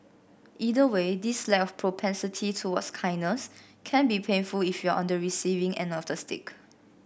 either way this lack of propensity towards kindness can be painful if you're on the receiving end of the stick